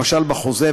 למשל בחוזה,